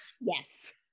Yes